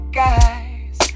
guys